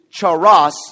charas